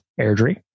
Airdrie